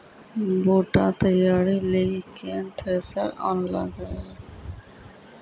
बूटा तैयारी ली केन थ्रेसर आनलऽ जाए?